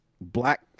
black